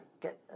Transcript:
get